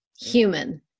human